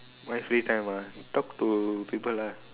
my free time ah talk to people lah